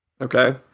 Okay